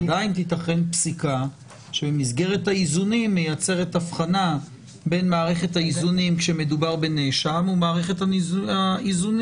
עדיין תיתכן פסיקה שבמסגרת האיזונים מייצרת הבחנה בין נאשם ובין בעדות,